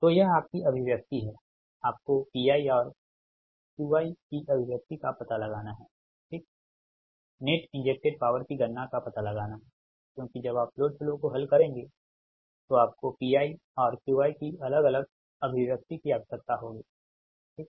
तो यह आपकी अभिव्यक्ति हैआपको Piऔर Qi की अभिव्यक्ति का पता लगाना है ठीक नेट इंजेक्टेड पॉवर की गणना का पता लगाना है क्योंकि जब आप लोड फ्लो को हल करेंगे तो आपको Piऔर Qi की अलग अलग अभिव्यक्ति की आवश्यकता होगी ठीक